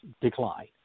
decline